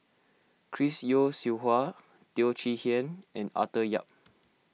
Chris Yeo Siew Hua Teo Chee Hean and Arthur Yap